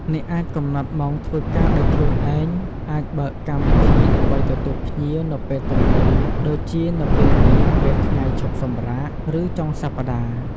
អ្នកអាចកំណត់ម៉ោងធ្វើការដោយខ្លួនឯង អាចបើកកម្មវិធីដើម្បីទទួលភ្ញៀវនៅពេលទំនេរដូចជានៅពេលល្ងាច ពេលថ្ងៃឈប់សម្រាក ឬចុងសប្តាហ៍។